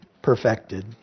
perfected